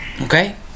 Okay